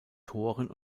toren